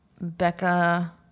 Becca